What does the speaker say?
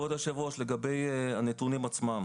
כבוד היושב-ראש, לגבי הנתונים עצמם